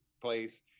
place